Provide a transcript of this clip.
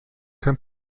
kein